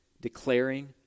declaring